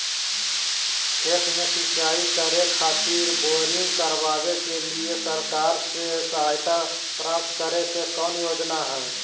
खेत में सिंचाई करे खातिर बोरिंग करावे के लिए सरकार से सहायता प्राप्त करें के कौन योजना हय?